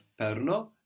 perno